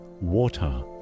water